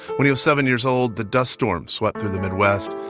when he was seven years old, the dust storms swept through the midwest.